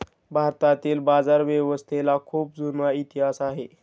भारतातील बाजारव्यवस्थेला खूप जुना इतिहास आहे